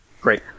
Great